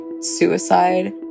suicide